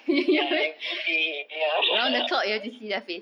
ya everyday ya